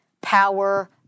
power